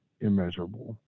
immeasurable